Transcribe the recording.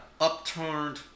upturned